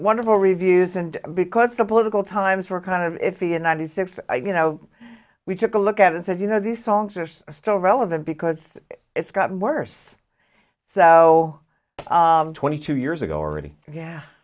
wonderful reviews and because the political times were kind of iffy and ninety six you know we took a look at and said you know these songs are still relevant because it's gotten worse so twenty two years ago already